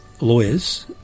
lawyers